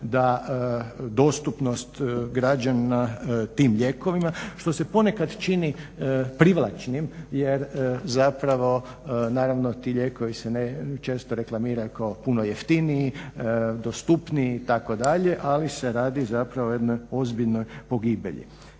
da dostupnost građana tim lijekovima. Što se ponekad čini privlačnim. Jer zapravo, naravno ti lijekovi se ne, često reklamiraju kao puno jeftiniji, dostupniji itd.. Ali se radi zapravo o jednoj ozbiljnoj pogibelji.